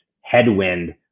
headwind